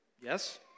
Yes